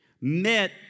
met